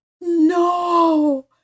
No